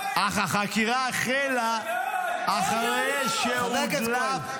אך החקירה החלה אחרי שהודלף --- מסע ציד,